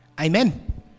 Amen